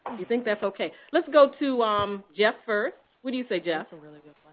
you think that's okay? let's go to um jeff first. what do you say, jeff? and